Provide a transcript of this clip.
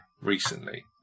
recently